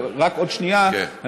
רק עוד שנייה,